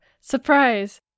surprise